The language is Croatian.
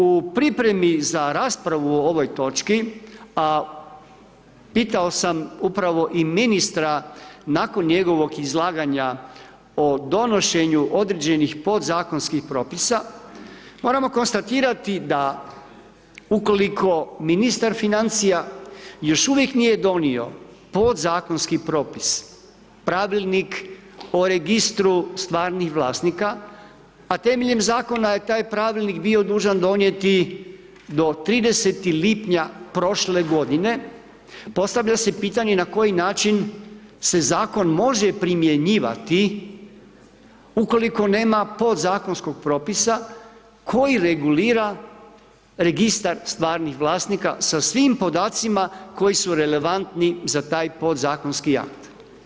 U pripremi za raspravu o ovoj točci, a pitao sam upravo i ministra, nakon njegovog izlaganja o donošenju određenih podzakonskih propisa, moramo konstatirati da ukoliko ministar financija, još uvijek nije donio p9odzakonski propis, pravilnik o registru stvarnih vlasnika, a temeljem zakona je taj pravilnik bio dužan donijeti do 30. lipnja prošle godine, postavlja se pitanje na koji način se zakon može primjenjivati, ukoliko nema podzakonskog propisa, koji regulira, registar stvarnih vlasnika, sa svim podacima koji su relevantni za taj podzakonski akt.